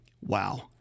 Wow